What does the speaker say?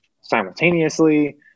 simultaneously